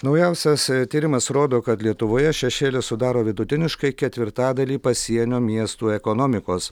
naujausias tyrimas rodo kad lietuvoje šešėlis sudaro vidutiniškai ketvirtadalį pasienio miestų ekonomikos